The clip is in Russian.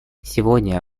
сегодня